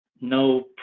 no